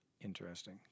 interesting